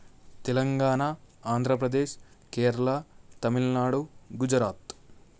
Telangana Andhra Pradesh Kerala Tamil Nadu Gujarat